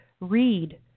read